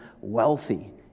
wealthy